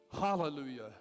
Hallelujah